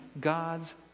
God's